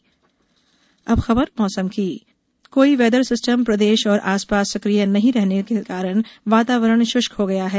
मौसम अब खबर मौसम की उधर कोई वेदर सिस्टम प्रदेश और आसपास सक्रिय नही रहने से वातावरण श्रष्क हो गया है